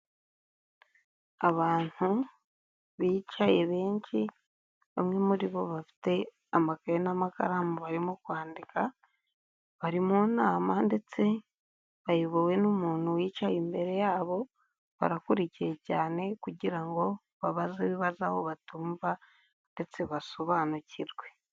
Abantu bicaye benshi bamwe muri bo bafite amagaye n'amakaramu barimo kwandika bari mu nama ndetse bayobowe n'umuntu wicaye imbere yabo barakurikiye cyane kugira ngo babaze ibibazo aho batumva ndetse basobanukirwe.